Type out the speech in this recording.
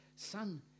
Son